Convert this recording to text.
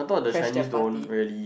crash their party